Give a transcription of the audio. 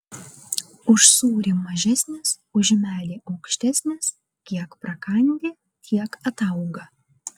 už sūrį mažesnis už medį aukštesnis kiek prakandi tiek atauga